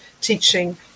teaching